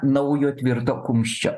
naujo tvirto kumščio